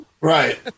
Right